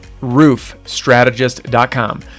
roofstrategist.com